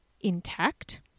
intact